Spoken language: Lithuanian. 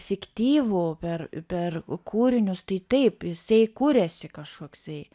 fiktyvų per per kūrinius tai taip jisai kuriasi kažkoksai